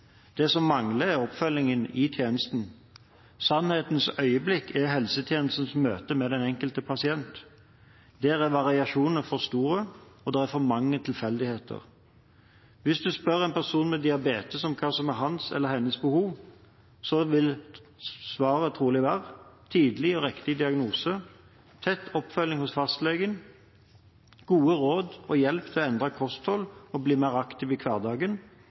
Det som mangler, er oppfølgingen i tjenesten. Sannhetens øyeblikk er helsetjenestens møte med den enkelte pasient. Der er variasjonene store, og det er for mange tilfeldigheter. Hvis du spør en person med diabetes om hva som er hans eller hennes behov, vil trolig svaret være å få tidlig og riktig diagnose, tettere oppfølging hos fastlegen og gode råd og hjelp til å endre kostholdet og å bli mer aktiv i hverdagen,